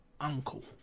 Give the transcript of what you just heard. uncle